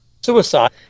suicide